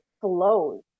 flows